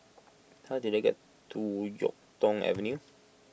how do I get to Yuk Tong Avenue